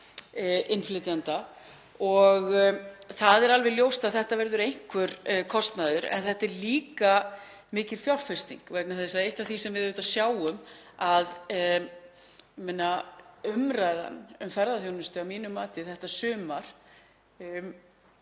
innflytjenda. Það er alveg ljóst að þetta verður einhver kostnaður en þetta er líka mikil fjárfesting vegna þess að eitt af því sem við sjáum er að umræðan um ferðaþjónustuna þetta sumar